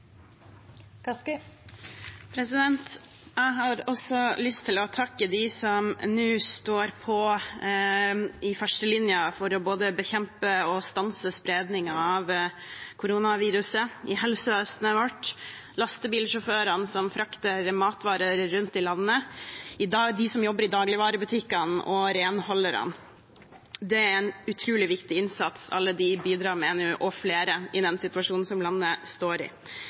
Jeg har også lyst til å takke dem som nå står på i førstelinjen for både å bekjempe og å stanse spredningen av koronaviruset i helsevesenet vårt, lastebilsjåførene som frakter matvarer rundt i landet, de som jobber i dagligvarebutikkene, og renholderne. Det er en utrolig viktig innsats alle disse og flere bidrar med nå, i den situasjonen som landet vårt står i. Jeg har også lyst til å takke de partiene som har vært med i